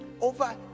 over